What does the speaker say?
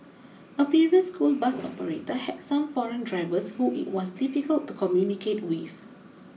a previous school bus operator had some foreign drivers who it was difficult to communicate with